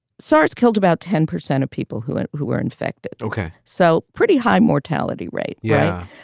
sars killed about ten percent of people who and who were infected. ok. so pretty high mortality rate. yeah.